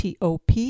top